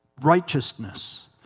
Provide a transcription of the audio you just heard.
righteousness